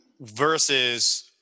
versus